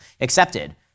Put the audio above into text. accepted